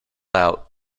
out